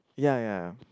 ya ya